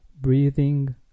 breathing